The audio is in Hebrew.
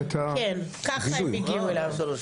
כן, ככה הם הגיעו אליו.